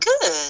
Good